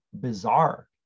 bizarre